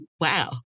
Wow